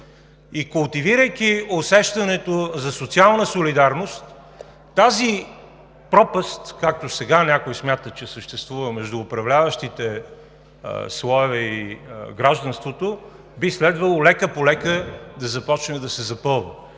и култивирайки усещането за социална солидарност, тази пропаст, както сега някои смятат, че съществува между управляващите слоеве и гражданството, би следвало лека-полека да започне да се запълва.